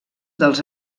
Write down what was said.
dels